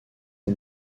est